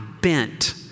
bent